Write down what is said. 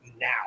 now